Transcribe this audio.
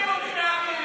לא,